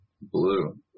Blue